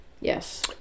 Yes